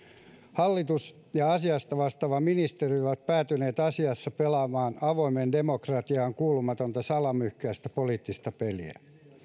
hallitus ja asiasta vastaava ministeri ovat päätyneet asiassa pelaamaan avoimeen demokratiaan kuulumatonta salamyhkäistä poliittista peliä